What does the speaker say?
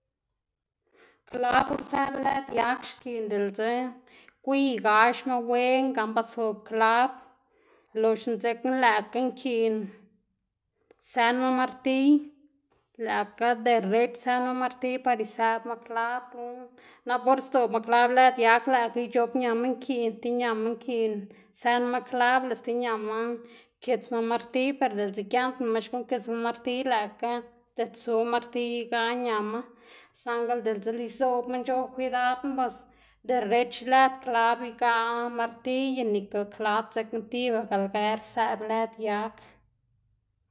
klab guꞌn sëꞌb lëd yag xkiꞌn diꞌltse gwiy gaxma wen gan zob klab loxna dzekna lëꞌkga nkiꞌn sënma martiy lëꞌkga derech sënma martiy par isëꞌbma klab lo nap or sdzobma klab lëd yag lëꞌkga ic̲h̲op ñama nkiꞌn, ti ñama nkiꞌn sënma klab lëꞌ sti ñama kitsma martiy per diꞌltse giendnama xkuꞌn kitsma martiy lëꞌkga xdedsu martiy igaꞌ ñama, saꞌngl diꞌltse lëꞌ izobma nc̲h̲oꞌb kwidad bos derech lëd klab igaꞌ martiy y nikl klab dzekna tibaga lger sëꞌb lëd yag.